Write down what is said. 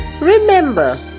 Remember